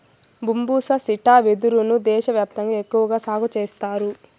బంబూసా స్త్రిటా వెదురు ను దేశ వ్యాప్తంగా ఎక్కువగా సాగు చేత్తారు